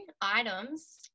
items